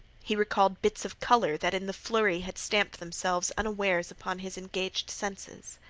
he recalled bits of color that in the flurry had stamped themselves unawares upon his engaged senses.